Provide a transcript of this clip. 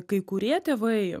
kai kurie tėvai